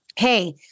Hey